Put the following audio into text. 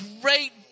great